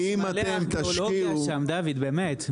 מלא ארכיאולוגיה שם, דוד, באמת.